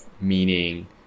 meaning